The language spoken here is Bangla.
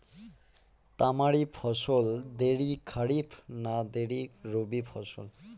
তামারি ফসল দেরী খরিফ না দেরী রবি ফসল?